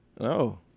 no